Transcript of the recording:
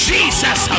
Jesus